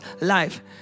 life